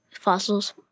fossils